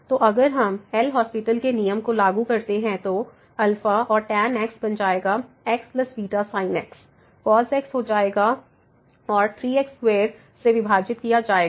तो अगर हम एल हास्पिटल LHospital के नियम को लागू करते हैं तो और tan x बन जाएगा x β sin x cos x हो जाएगा हो जाएगा और 3 x2 से विभाजित किया जाएगा